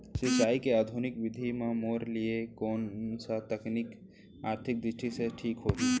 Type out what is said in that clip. सिंचाई के आधुनिक विधि म मोर लिए कोन स तकनीक आर्थिक दृष्टि से ठीक होही?